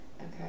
Okay